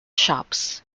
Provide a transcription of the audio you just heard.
shops